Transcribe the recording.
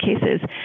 cases